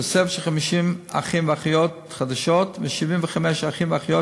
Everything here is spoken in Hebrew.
תוספת של 50 אחים ואחיות חדשים ו-75 אחים ואחיות